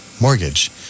mortgage